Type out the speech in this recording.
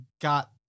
got